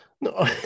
No